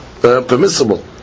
permissible